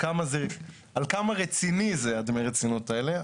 על כמה רציני זה דמי הרצינות האלה.